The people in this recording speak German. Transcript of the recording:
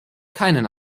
keinen